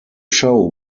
show